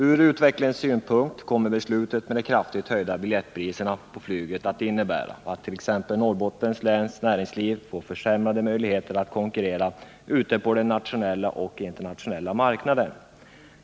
Från utvecklingssynpunkt kommer beslutet om de kraftigt höjda biljettpriserna på flyget att innebära att t.ex. Norrbottens läns näringsliv får försämrade möjligheter att konkurrera ute på den nationella och internationella marknaden.